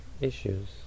issues